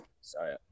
Sorry